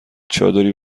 چادری